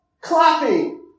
clapping